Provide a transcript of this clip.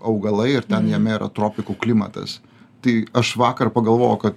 augalai ir ten jame yra tropikų klimatas tai aš vakar pagalvojau kad